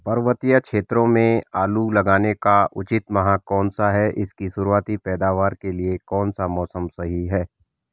पर्वतीय क्षेत्रों में आलू लगाने का उचित माह कौन सा है इसकी शुरुआती पैदावार के लिए कौन सा मौसम सही है?